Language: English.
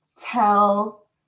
tell